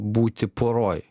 būti poroje